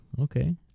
Okay